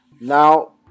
Now